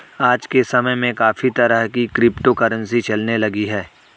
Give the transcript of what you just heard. आज के समय में काफी तरह की क्रिप्टो करंसी चलने लगी है